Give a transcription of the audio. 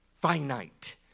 finite